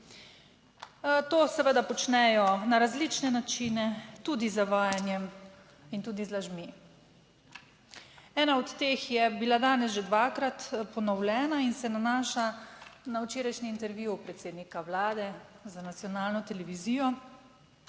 To seveda počnejo na različne načine: z zavajanjem in tudi z lažmi. Ena od teh je bila danes že dvakrat ponovljena in se nanaša na včerajšnji intervju predsednika vlade za nacionalno televizijo.